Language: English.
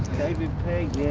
david pegg, yeah.